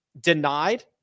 denied